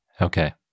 Okay